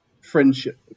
Friendship